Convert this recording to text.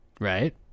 Right